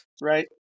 Right